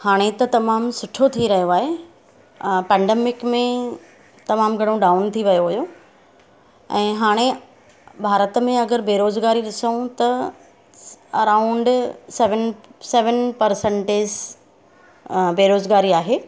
हाणे त तमामु सुठो थी रहियो आहे पेन्डमिक में तमामु घणो डाउन थी वियो हुयो ऐं हाणे भारत में अगरि बेरोज़गारी ॾिसूं त अराउंड सेवन सेवन पर्संटेज़ बेरोज़गारी आहे